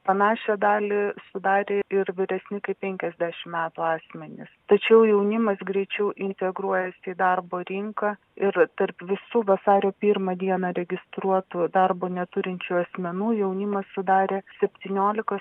panašią dalį sudarė ir vyresni kaip penkiasdešimt metų asmenys tačiau jaunimas greičiau integruojasi į darbo rinką ir tarp visų vasario pirmą dieną registruotų darbo neturinčių asmenų jaunimas sudarė septynioliką